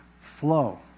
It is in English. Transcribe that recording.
flow